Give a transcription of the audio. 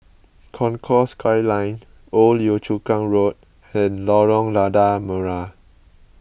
Concourse Skyline Old Yio Chu Kang Road and Lorong Lada Merah